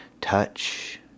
touch